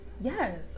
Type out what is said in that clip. Yes